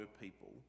people